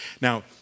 Now